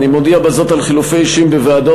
אני מודיע בזאת על חילופי אישים בוועדות.